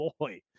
boy